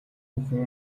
бүхэн